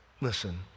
Listen